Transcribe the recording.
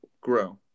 grow